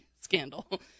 scandal